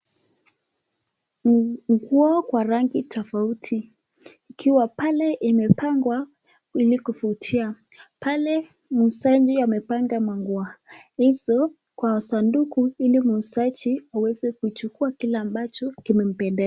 Ni nguo kwa rangi tofauti. Ikiwa pale imepangwa ili kuvutia. Pale muuzaji amepanga manguo hizo kwa sanduku ili muuzaji aweze kuchukua kile ambacho kimempendeza.